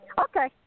Okay